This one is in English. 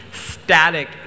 static